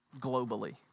Globally